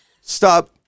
stop